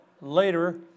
later